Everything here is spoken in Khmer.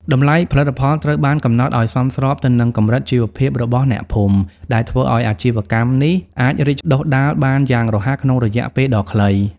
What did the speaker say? តម្លៃផលិតផលត្រូវបានកំណត់ឱ្យសមស្របទៅនឹងកម្រិតជីវភាពរបស់អ្នកភូមិ ដែលធ្វើឱ្យអាជីវកម្មនេះអាចរីកដុះដាលបានយ៉ាងរហ័សក្នុងរយៈពេលដ៏ខ្លី។